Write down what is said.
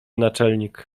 naczelnik